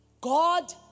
God